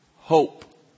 hope